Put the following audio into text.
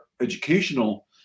educational